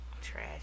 trash